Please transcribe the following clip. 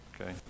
Okay